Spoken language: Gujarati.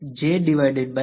વિદ્યાર્થીઃ ડાયવર્જન્સ થશે